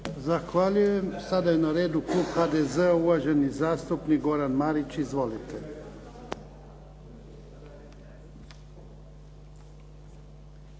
Zahvaljujem. Sada je na redu klub HDZ-a, uvaženi zastupnik Goran Marić. Izvolite.